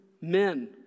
men